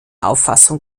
auffassung